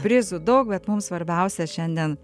prizų daug bet mum svarbiausia šiandien